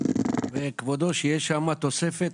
כבודו, שתהיה שם תוספת: